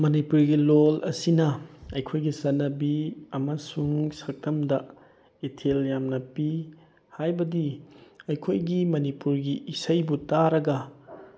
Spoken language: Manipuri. ꯃꯅꯤꯄꯨꯔꯤꯒꯤ ꯂꯣꯟ ꯑꯁꯤꯅ ꯑꯩꯈꯣꯏꯒꯤ ꯆꯠꯅꯕꯤ ꯑꯃꯁꯨꯡ ꯁꯝꯇꯝꯗ ꯏꯊꯤꯜ ꯌꯥꯝꯅ ꯄꯤ ꯍꯥꯏꯕꯗꯤ ꯑꯩꯈꯣꯏꯒꯤ ꯃꯅꯤꯄꯨꯔꯒꯤ ꯏꯁꯩꯕꯨ ꯇꯥꯔꯒ